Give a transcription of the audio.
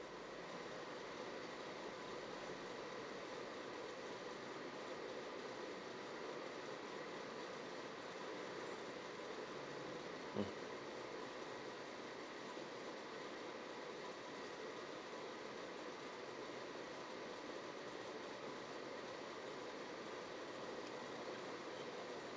mm